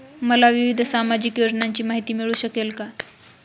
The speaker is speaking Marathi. मला विविध सामाजिक योजनांची माहिती मिळू शकेल का?